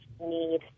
need